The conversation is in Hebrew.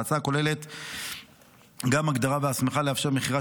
ההצעה כוללת גם הגדרה והסמכה לאפשר מכירה